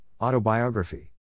Autobiography